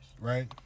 Right